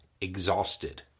exhausted